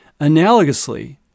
Analogously